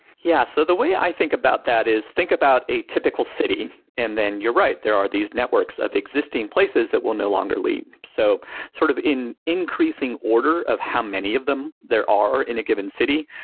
yeah, so the way i think about that is think about a typical city. and then you're right, there are these networks of existing places that will no longer leave. so sort of in increasing order of how many of them there are in a given city,